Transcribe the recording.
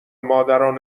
مادران